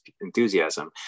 enthusiasm